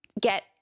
get